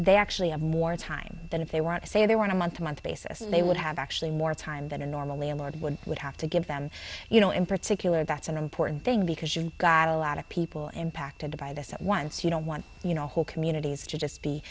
they actually have more time then if they want to say they want a month to month basis they would have actually more time than a normal landlord would would have to give them you know in particular that's an important thing because you've got a lot of people impacted by this at once you don't want you know whole communities to just be